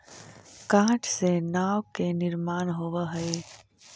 काठ से नाव के निर्माण होवऽ हई